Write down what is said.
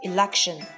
Election